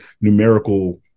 numerical